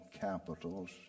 capitals